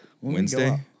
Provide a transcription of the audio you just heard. Wednesday